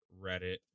Reddit